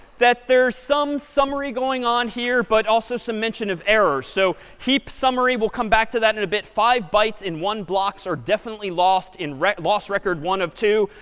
that there's some summary going on here but also some mention of error. so heap summary we'll come back to that in a bit five bytes in one blocks are definitely lost in loss record one of two.